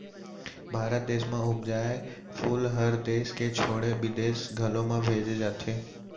भारत देस म उपजाए फूल हर देस के छोड़े बिदेस घलौ म भेजे जाथे